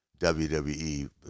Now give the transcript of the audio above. WWE